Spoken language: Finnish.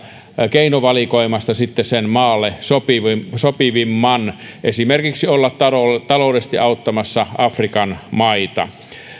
keinovalikoimasta sen maalle sopivimman sopivimman esimerkiksi olla taloudellisesti auttamassa afrikan maita